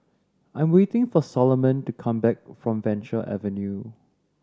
I'm waiting for Soloman to come back from Venture Avenue